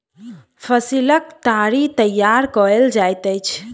फसीलक ताड़ी तैयार कएल जाइत अछि